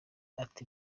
ati